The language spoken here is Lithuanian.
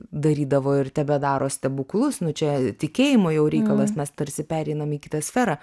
darydavo ir tebedaro stebuklus nu čia tikėjimo jau reikalas mes tarsi pereinam į kitą sferą